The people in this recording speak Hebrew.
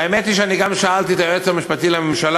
והאמת היא שגם שאלתי את היועץ המשפטי לממשלה,